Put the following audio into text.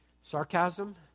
sarcasm